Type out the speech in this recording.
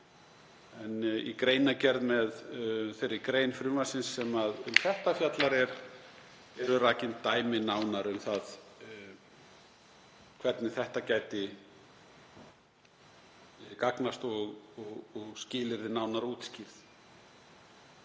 en í greinargerð með þeirri grein frumvarpsins sem um þetta fjallar eru rakin nánari dæmi um það hvernig þetta gæti gagnast og skilyrði nánar útskýrð.